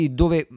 dove